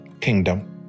kingdom